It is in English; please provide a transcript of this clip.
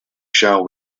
shall